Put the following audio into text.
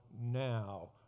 now